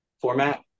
format